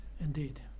Indeed